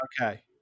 Okay